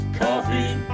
coffee